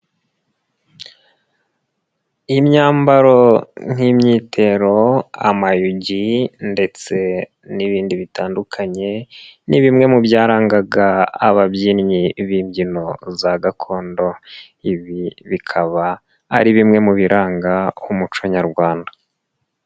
Imyambaro nk'imyitero, amayugi ndetse n'ibindi bitandukanye, ni bimwe mu byarangaga ababyinnyi b'imbyino za gakondo. Ibi bikaba ari bimwe mu biranga umuco nyarwanda.